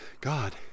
God